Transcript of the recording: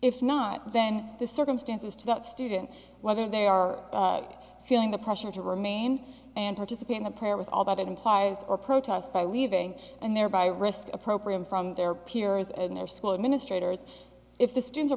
if not then the circumstances to that student whether they are feeling the pressure to remain and participate in a prayer with all that implies or protest by leaving and thereby risk appropriate from their peers and their school administrators if the students are